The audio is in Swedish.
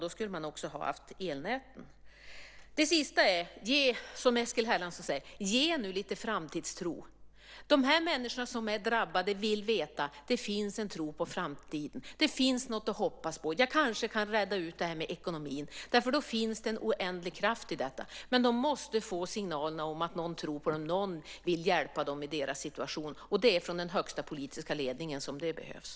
Då skulle man också ha gjort det med elnäten. Till sist vill jag, som Eskil Erlandsson, säga: Ge lite framtidstro! De människor som är drabbade vill veta att det finns en tro på framtiden, att det finns något att hoppas på och att de kanske kan reda ut ekonomin. Då finns det en oändlig kraft i detta. Men de måste få signaler om att någon tror på dem och att någon vill hjälpa dem i deras situation. Och det är från den högsta politiska ledningen som det behövs.